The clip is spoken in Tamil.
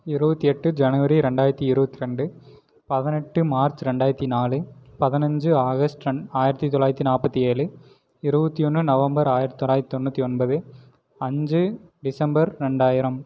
இருபத்தி எட்டு ஜனவரி ரெண்டாயித்து இருபத்தி ரெண்டு பதனெட்டு மார்ச் ரெண்டாயித்து நாலு பதினஞ்சி ஆகஸ்ட் ரெண் ஆயிரத்து தொள்ளாயித்து நாற்பத்தி ஏழு இருபத்தி ஒன்று நவம்பர் ஆயிரத் தொள்ளாயித்து தொண்ணூற்றி ஒன்பது அஞ்சு டிசம்பர் ரெண்டாயிரம்